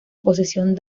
posesión